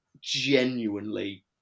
genuinely